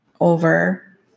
over